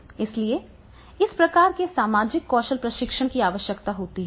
इसलिए इस प्रकार के सामाजिक कौशल प्रशिक्षण की आवश्यकता होती है